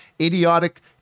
idiotic